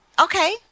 Okay